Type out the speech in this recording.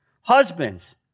Husbands